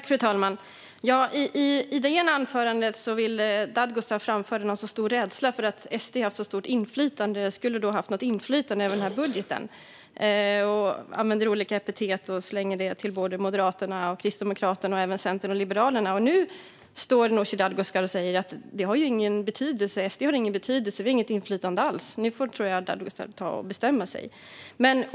Fru talman! I det ena anförandet vill Dadgostar framföra någon sorts stor rädsla för att SD skulle ha haft något inflytande över budgeten. Hon använder olika epitet och slänger dem såväl mot Moderaterna och Kristdemokraterna som mot Centern och Liberalerna. Nu står Nooshi Dadgostar och säger att SD inte har någon betydelse och att vi inte har något inflytande alls. Nu tror jag att Dadgostar får ta och bestämma sig.